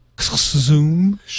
Zoom